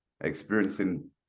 Experiencing